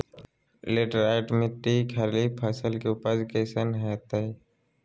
Laterite मिट्टी खरीफ फसल के उपज कईसन हतय?